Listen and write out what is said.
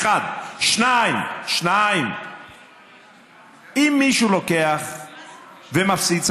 2. אם מישהו לוקח ומפסיד,